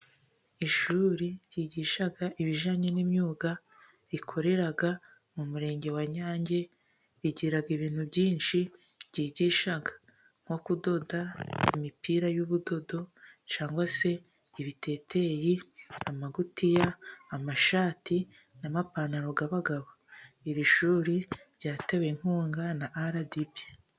Ishuri ryigisha ibijyanye ni imyuga, rikorera mu murenge wa Nyange rigira ibintu byinshi ryigisha, nko kudoda imipira y'ubudodo cyangwa se ibiteteyi, amagutiya, amashati n'amapantaro y'abagabo. Iri shuri ryatewe inkunga RDB.